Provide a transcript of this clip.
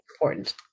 important